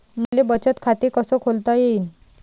मले बचत खाते कसं खोलता येईन?